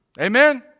Amen